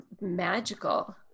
magical